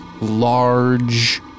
large